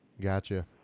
gotcha